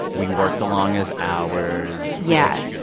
we work the longest hours. yeah.